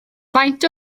faint